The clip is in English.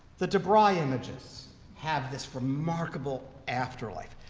the de bry images have this remarkable afterlife.